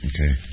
Okay